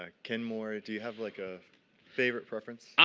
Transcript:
ah kenmore? do you have like a favorite preference? ah